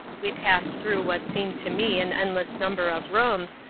we passed through what seemed to me an endless number of rooms,